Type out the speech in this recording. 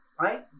right